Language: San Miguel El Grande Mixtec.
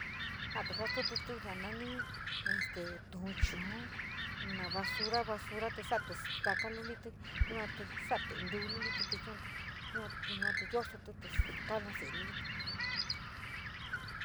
Jate ja stutotí, na nami este tuu chuu naa bosora basura te saatí taka lulití yua te souatte rníu luliitt yua te yua posititt kom se´e lulití.